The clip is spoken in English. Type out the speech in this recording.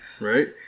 right